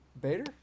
Bader